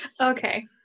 Okay